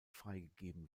freigegeben